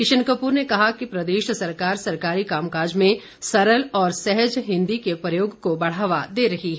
किशन कपूर ने कहा कि प्रदेश सरकार सरकारी कामकाज में सरल और सहज हिंदी के प्रयोग को बढ़ावा दे रही है